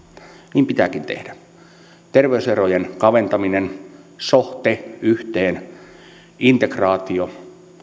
niin pitääkin tehdä terveyserojen kaventaminen so te yhteen integraatio